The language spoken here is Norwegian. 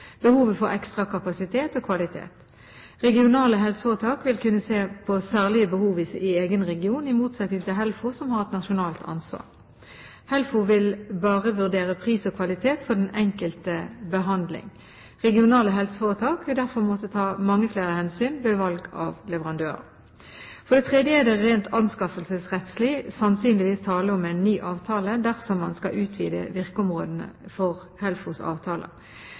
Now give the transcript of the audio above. behovet for ekstra kapasitet og kvalitet. Regionale helseforetak vil kunne se på særlige behov i egen region, i motsetning til HELFO, som har et nasjonalt ansvar. HELFO vil bare vurdere pris og kvalitet for den enkelte behandling. Regionale helseforetak vil derfor måtte ta mange flere hensyn ved valg av leverandører. For det tredje er det rent anskaffelsesrettslig sannsynligvis tale om en ny avtale dersom man skal utvide virkeområdet for HELFOs avtaler.